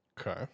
Okay